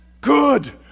good